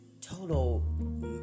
total